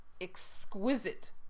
exquisite